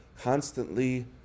constantly